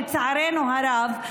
לצערנו הרב,